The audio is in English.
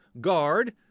guard